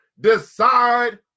decide